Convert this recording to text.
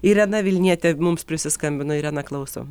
irena vilnietė mums prisiskambino irena klausom